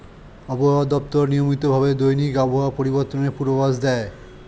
আবহাওয়া দপ্তর নিয়মিত ভাবে দৈনিক আবহাওয়া পরিবর্তনের পূর্বাভাস দেয়